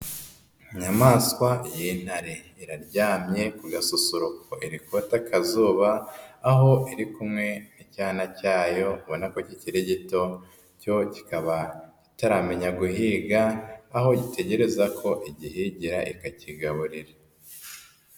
Inyamaswa y'intare, iraryamye ku gasusuruko irikota kazuba, aho iri kumwe n'icyana cyayo ubona ko kikiri gito, cyo kikaba kitaramenya guhiga, aho gitegereza ko igihingira ikakigaburira.